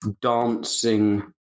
dancing